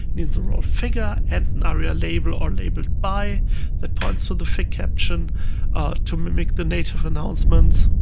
needs a role figure and aria-label or labelled by the points of the figcaption to mimic the native announcements.